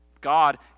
God